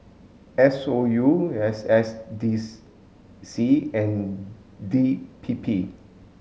S O U S S dis C and D P P